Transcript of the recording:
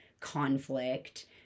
conflict